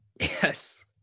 Yes